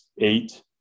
eight